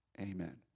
Amen